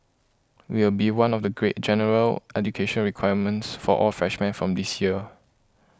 it will be one of the great general education requirements for all freshmen from this year